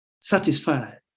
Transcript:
satisfied